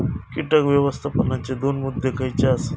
कीटक व्यवस्थापनाचे दोन मुद्दे खयचे आसत?